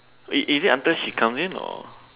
it is it until she comes in or